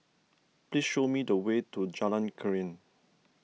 please show me the way to Jalan Krian